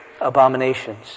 abominations